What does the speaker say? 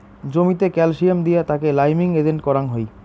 জমিতে ক্যালসিয়াম দিয়া তাকে লাইমিং এজেন্ট করাং হই